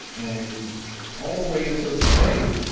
and all the way until today,